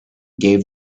gave